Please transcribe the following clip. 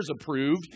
approved